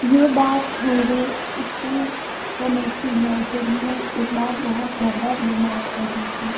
ये बात मेरे स्कूल समय की है जब मैं एक बार बहुत ज़्यादा बीमार पड़ गई थी